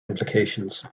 implications